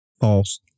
False